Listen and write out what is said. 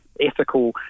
ethical